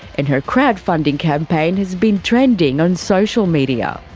and her crowdfunding campaign has been trending on social media.